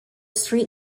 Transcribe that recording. street